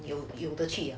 有有的去